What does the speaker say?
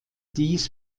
dies